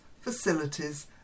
facilities